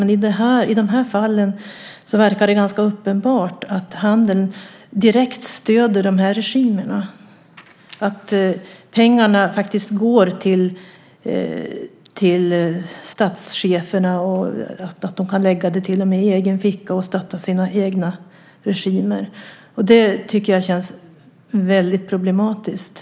Men i de här fallen verkar det ganska uppenbart att handeln direkt stöder regimerna, att pengarna går till statscheferna, som till och med kan lägga dem i egen ficka och stötta sina egna regimer. Jag tycker att det känns väldigt problematiskt.